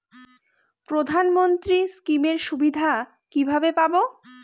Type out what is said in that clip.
প্রধানমন্ত্রী স্কীম এর সুবিধা কিভাবে পাবো?